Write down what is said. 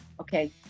Okay